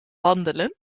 wandelen